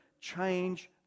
change